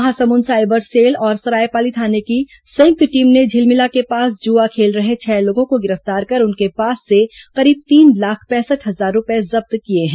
Mahasamund cyber cell और सरायपाली थाने की संयुक्त टीम ने झिलमिला के पास जुआ खेल रहे छह लोगों को गिरफ्तार कर उनके पास से करीब तीन लाख पैंसठ हजार रूपये जब्त किए गए हैं